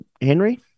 Henry